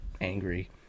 angry